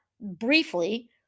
briefly